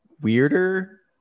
Weirder